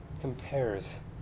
compares